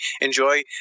enjoy